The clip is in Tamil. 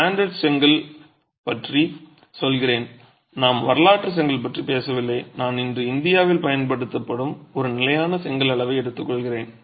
ஸ்டாண்டர்ட் செங்கல் பற்றி சொல்கிறேன் நாம் வரலாற்று செங்கல் பற்றி பேசவில்லை நான் இன்று இந்தியாவில் பயன்படுத்தும் ஒரு நிலையான செங்கல் அளவை எடுத்துக்கொள்கிறேன்